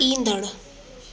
ईंदड़